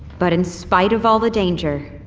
but in spite of all the danger,